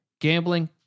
Gambling